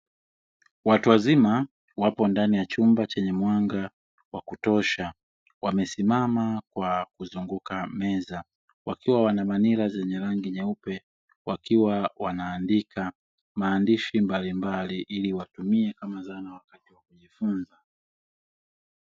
Watuwazima wapo ndani ya chumba chenye mwanga wa kutosha wamesimama kwa kuzunguka meza wakiwa wana manila zenye rangi nyeupe, wakiwa wanaandika maandishi mbalimbali ili watumie kama zana wakajua kujifunza.